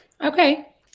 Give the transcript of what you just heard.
okay